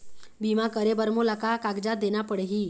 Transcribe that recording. बीमा करे बर मोला का कागजात देना पड़ही?